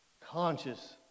conscious